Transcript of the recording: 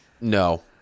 no